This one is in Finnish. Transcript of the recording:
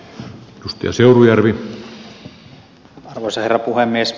arvoisa herra puhemies